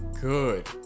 Good